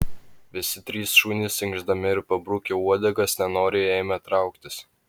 visi trys šunys inkšdami ir pabrukę uodegas nenoriai ėmė trauktis